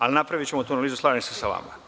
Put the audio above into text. Ali, napravićemo tu analizu, slažem se sa vama.